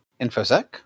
infosec